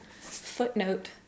footnote